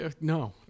No